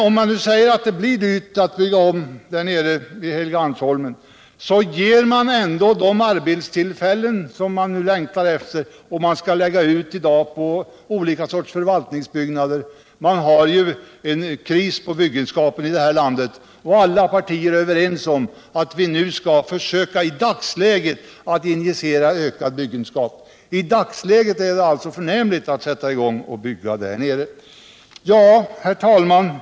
Om man nu säger att det blir dyrt att bygga om på Helgeandsholmen, skapar man ändå arbetstillfällen som vi längtar efter. Det skall ju i dag ordnas arbetstillfällen genom uppförande av olika sorters förvaltningsbyggnader. I dag är det ju en kris inom byggnadsbranschen, och alla partier är överens om att vi i dagsläget skall försöka stimulera till en ökning av byggenskapen. I dagsläget är det alltså utmärkt att sätta i gång och bygga om på Helgeandsholmen. Herr talman!